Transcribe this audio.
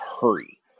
hurry